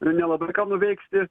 ir nelabai ką nuveiksi